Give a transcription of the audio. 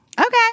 Okay